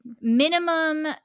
Minimum